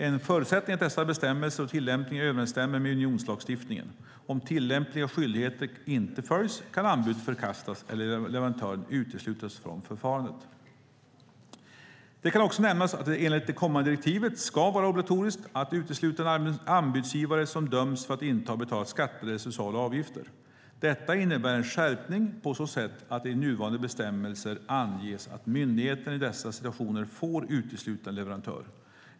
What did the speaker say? En förutsättning är att dessa bestämmelser och tillämpliga skyldigheter överensstämmer med unionslagstiftningen. Om tillämpliga skyldigheter inte följs kan anbud förkastas eller leverantör uteslutas från förfarandet. Det kan också nämnas att det enligt det kommande direktivet ska vara obligatoriskt att utesluta en anbudsgivare som dömts för att inte ha betalat skatter eller sociala avgifter. Detta innebär en skärpning på så sätt att det i nuvarande bestämmelser anges att myndigheten i dessa situationer får utesluta en leverantör.